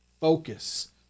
focus